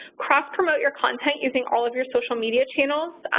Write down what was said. cross promote your content using all of your social media channels,